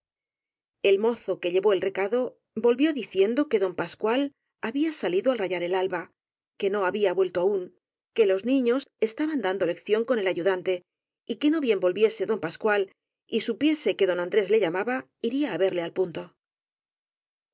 el mozo que llevó el recado volvió diciendo que don pascual había salido al rayar el alba que no había vuelto aún que los niños estaban dando lec ción con el ayudante y que no bien volviese don pascual y supiese que don andrés le llamaba iría á verle al punto